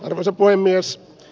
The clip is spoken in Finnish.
arvoisa puhemies